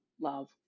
love